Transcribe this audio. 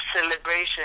celebration